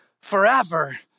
forever